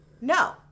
no